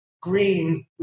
green